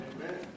Amen